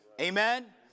Amen